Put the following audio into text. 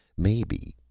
maybe,